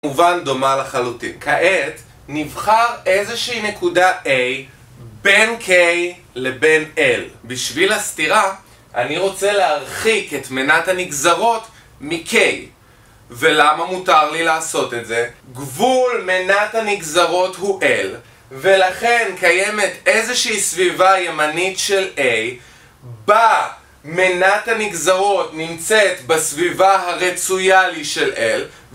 מובן דומה לחלוטין, כעת נבחר איזושהי נקודה A בין K לבין L בשביל הסתירה אני רוצה להרחיק את מנת הנגזרות מ-K ולמה מותר לי לעשות את זה? גבול מנת הנגזרות הוא L ולכן קיימת איזושהי סביבה ימנית של A במנת הנגזרות נמצאת בסביבה הרצויה לי של L